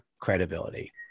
credibility